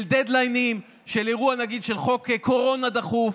של דדליינים, של אירוע, נגיד, של חוק קורונה דחוף.